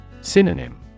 Synonym